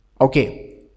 Okay